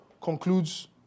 concludes